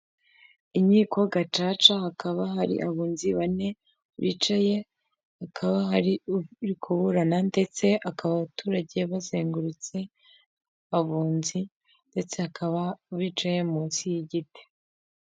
Inkiko gacaca, hakaba hari abunzi bane bicaye bakaba hari kuburana ndetse akaba abaturage bazengurutse abunzi ndetse akaba bicaye munsi y'igiti.